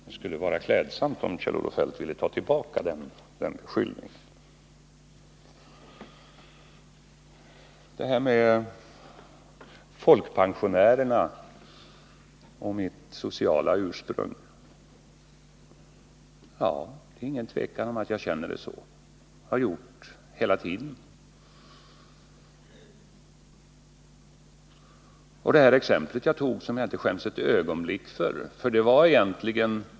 Det skulle vara klädsamt om Kjell-Olof Feldt ville ta tillbaka den beskyllningen. När det gäller folkpensionärerna och mitt sociala ursprung är det ingen tvekan om att jag känner för folkpensionärerna. Det har jag alltid gjort. Det exempel jag tog före valet 1976 skäms jag inte ett ögonblick för.